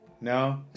No